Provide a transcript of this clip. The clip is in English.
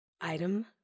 Item